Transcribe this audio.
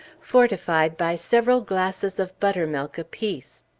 fortified by several glasses of buttermilk apiece.